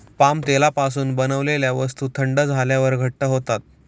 palm तेलापासून बनवलेल्या वस्तू थंड झाल्यावर घट्ट होतात